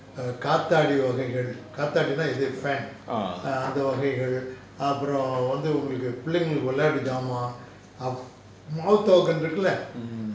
err காத்தாடி வகைகள் காத்தாடினா இது:kaathadi vakaigal kaathaadinaa ithu fan err அந்த வகைகள் அப்புறம் வந்து உங்களுக்கு பிள்ளைங்களுக்கு விளையாட்டு ஜாமான் அப்~:antha vakaigal appuram vanthu ungalukku pillaingalukku vilaiyaattu jaamaan ap~ mouth organ இருக்குல:irukula